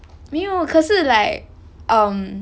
没有可是 like um